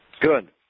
Good